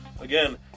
again